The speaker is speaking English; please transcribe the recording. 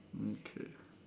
mm K